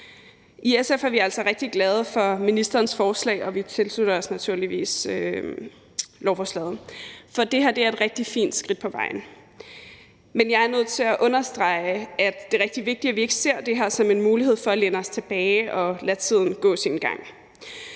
I SF er vi altså rigtig glade for ministerens forslag, og vi tilslutter os naturligvis lovforslaget, for det her er et rigtig fint skridt på vejen. Men jeg er nødt til understrege, at det er rigtig vigtigt, at vi ikke ser det her som en mulighed for at læne os tilbage og lade tiden gå sin gang.